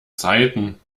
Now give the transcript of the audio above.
zeiten